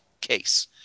case